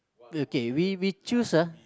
okay we we choose ah